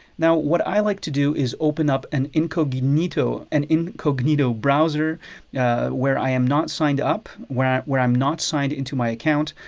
now what i like to do is open up an incognito an incognito browser where i am not signed up, where where i'm not signed into my account,